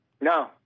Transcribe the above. No